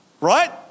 right